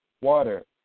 water